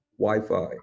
Wi-Fi